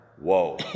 Whoa